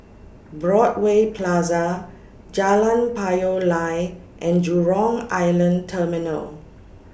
Broadway Plaza Jalan Payoh Lai and Jurong Island Terminal